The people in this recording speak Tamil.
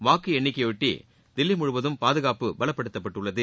வாக்கு எண்ணிக்கையொட்டி தில்லி முழுவதும் பாதுகாப்பு பலப்படுத்தப்பட்டுள்ளது